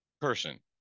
person